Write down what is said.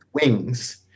wings